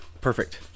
perfect